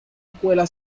escuela